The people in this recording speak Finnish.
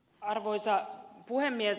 arvoisa puhemies